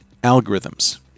algorithms